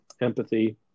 empathy